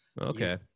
okay